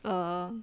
oh